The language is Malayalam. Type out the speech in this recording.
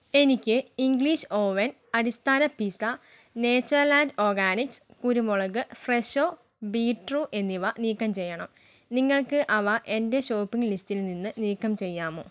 എനിക്ക് ഇംഗ്ലീഷ് ഓവൻ അടിസ്ഥാന പിസ്സ നേച്ചർലാൻഡ് ഓർഗാനിക്സ് കുരുമുളക് ഫ്രെഷോ ബീറ്റ്റൂ എന്നിവ നീക്കം ചെയ്യണം നിങ്ങൾക്ക് അവ എന്റെ ഷോപ്പിംഗ് ലിസ്റ്റിൽ നിന്ന് നീക്കം ചെയ്യാമോ